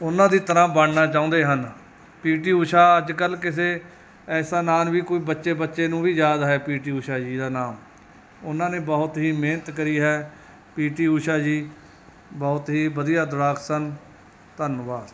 ਉਹਨਾਂ ਦੀ ਤਰ੍ਹਾਂ ਬਣਨਾ ਚਾਹੁੰਦੇ ਹਨ ਪੀ ਟੀ ਊਸ਼ਾ ਅੱਜ ਕੱਲ੍ਹ ਕਿਸੇ ਐਸਾ ਨਾਂ ਨ ਵੀ ਕੋਈ ਬੱਚੇ ਬੱਚੇ ਨੂੰ ਵੀ ਯਾਦ ਹੈ ਪੀ ਟੀ ਊਸ਼ਾ ਜੀ ਦਾ ਨਾਮ ਉਹਨਾਂ ਨੇ ਬਹੁਤ ਹੀ ਮਿਹਨਤ ਕਰੀ ਹੈ ਪੀ ਟੀ ਊਸ਼ਾ ਜੀ ਬਹੁਤ ਹੀ ਵਧੀਆ ਦੌੜਾਕ ਸਨ ਧੰਨਵਾਦ